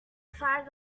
flag